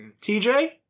TJ